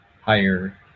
higher